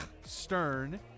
stern